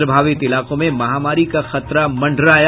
प्रभावित इलाकों में महामारी का खतरा मंडराया